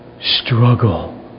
struggle